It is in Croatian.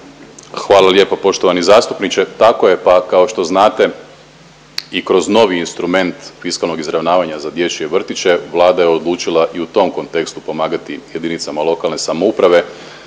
Hvala lijepo poštovani zastupniče. Tako je pa kao što znate i kroz novi instrument fiskalnog izravnavanja za dječje vrtiće Vlada je odlučila i u tom kontekstu pomagati jedinicama lokalne samouprave